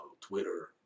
Twitter